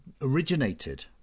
originated